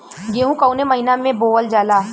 गेहूँ कवने महीना में बोवल जाला?